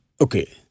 Okay